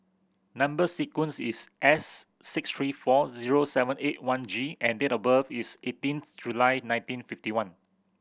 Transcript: number sequence is S six three four zero seven eight one G and date of birth is eighteenth July nineteen fifty one